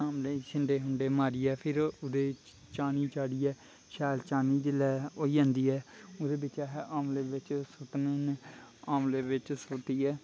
आमलें गी छिंडे़ छुंड़ै मारियै फिर ओह्दे चानी चाढ़ियै शैल चानी जेल्लै होई जंदी ऐ ओह्दे बिच्च अस आमले बिच्च आमले बिच्च सुट्टियै